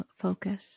focus